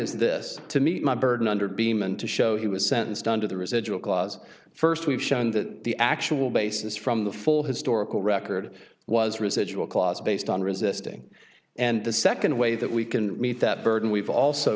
is this to meet my burden under beeman to show he was sentenced under the residual clause first we've shown that the actual basis from the full historical record was residual clause based on resisting and the second way that we can meet that burden we've also